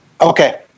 okay